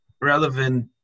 relevant